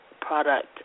product